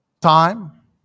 time